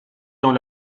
dans